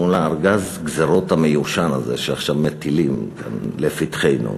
מול ארגז הגזירות המיושן הזה שעכשיו מטילים לפתחנו?